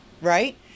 Right